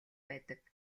байдаг